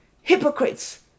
hypocrites